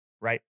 right